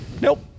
Nope